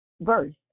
verse